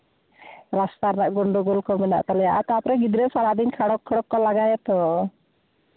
ᱨᱟᱥᱛᱟ ᱨᱮᱱᱟᱜ ᱜᱚᱱᱰᱳᱜᱳᱞ ᱠᱚ ᱢᱮᱱᱟᱜ ᱛᱟᱞᱮᱭᱟ ᱛᱟᱨᱯᱚᱨᱮ ᱜᱤᱫᱽᱨᱟᱹ ᱥᱟᱨᱟᱫᱤᱱ ᱠᱷᱟᱲᱚᱠ ᱠᱷᱟᱲᱚᱠ ᱠᱚ ᱞᱟᱜᱟᱭᱟ ᱛᱚ